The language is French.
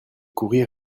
courir